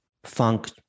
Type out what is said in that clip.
funk